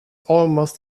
almost